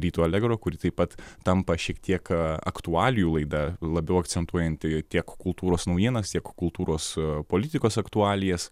ryto allegro kuri taip pat tampa šiek tiek aktualijų laida labiau akcentuojanti tiek kultūros naujienas tiek kultūros politikos aktualijas